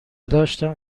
داشتم